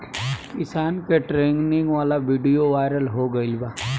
किसान के ट्रेनिंग वाला विडीओ वायरल हो गईल बा